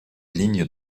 lignes